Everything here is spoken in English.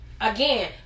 again